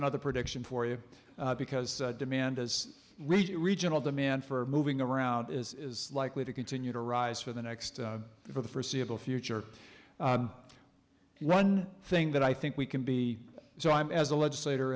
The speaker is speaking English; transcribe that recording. another prediction for you because demand as regional demand for moving around is likely to continue to rise for the next for the forseeable future one thing that i think we can be so i'm as a legislator